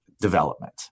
development